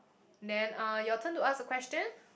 then uh your turn to ask a question